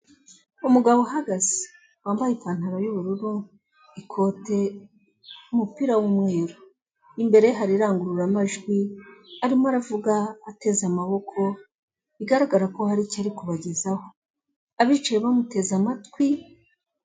Umugabo uhagaze, wambaye ipantaro y'ubururu, ikote, umupira w'umweru, imbere hari irangururamajwi, arimo aravuga ateze amaboko bigaragara ko hari icyo ari kubagezaho, abicaye bamuteze amatwi.